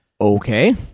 Okay